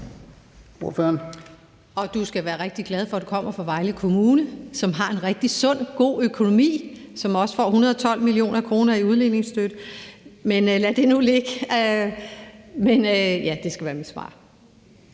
Du skal være rigtig glad for, at du kommer fra Vejle Kommune, som har en rigtig sund og god økonomi, og som også får 112 mio. kr. i udligning. Men lad det nu ligge. Og det skal være mit svar.